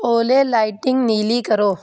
اولے لائٹنگ نیلی کرو